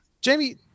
jamie